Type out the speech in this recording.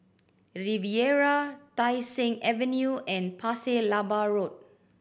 Riviera Tai Seng Avenue and Pasir Laba Road